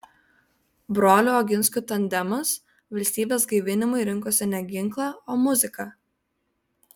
brolių oginskių tandemas valstybės gaivinimui rinkosi ne ginklą o muziką